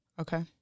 Okay